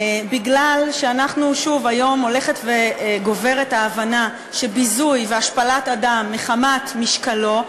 בגלל שהיום הולכת וגוברת ההבנה שביזוי והשפלת אדם מחמת משקלו,